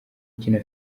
ukina